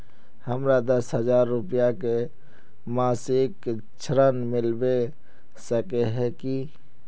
हमरा दस हजार रुपया के मासिक ऋण मिलबे सके है की?